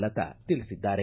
ಲತಾ ತಿಳಿಸಿದ್ದಾರೆ